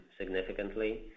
significantly